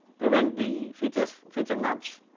prevent the feature, so feature maps,